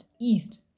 East